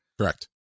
correct